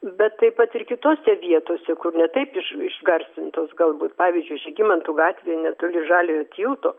bet taip pat ir kitose vietose kur ne taip iš išgarsintos galbūt pavyzdžiui žygimantų gatvėj netoli žaliojo tilto